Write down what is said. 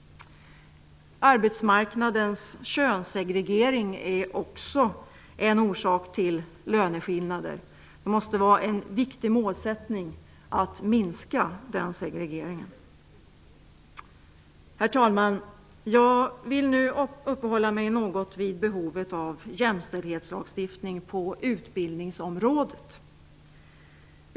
Arbetsmarknadens könssegregering är också en orsak till löneskillnader. Det måste vara en viktig målsättning att minska den segregeringen. Herr talman! Jag vill nu uppehålla mig något vid behovet av jämställdhetslagstiftning på utbildningsområdet.